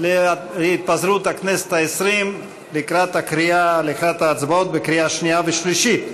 להתפזרות הכנסת העשרים לקראת ההצבעות בקריאה שנייה ושלישית.